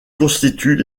constituent